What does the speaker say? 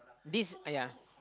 this !aiya!